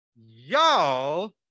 y'all